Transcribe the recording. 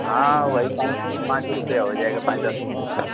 हाँ वही पाँच पाँच रुपये हो जाएगा पाँच दस रुपये